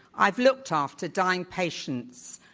i've looked after dying patients,